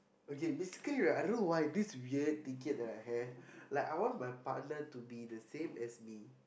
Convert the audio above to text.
okay basically right I don't know why this weird ticket that I have like I want my partner to be the same as me